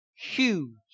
Huge